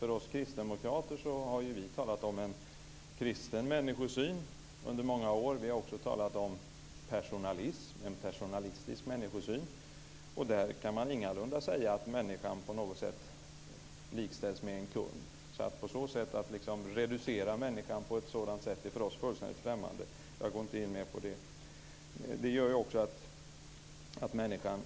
Vi kristdemokrater har ju talat om en kristen människosyn under många år. Vi har också talat om personalism och en personlistisk människosyn. Där kan man ingalunda säga att människan på något sätt likställs med en kund. Att reducera människan på ett sådant sätt är för oss fullständigt främmande. Jag går inte in mer på det. Det gör ju också att människan